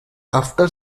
after